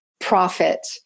profit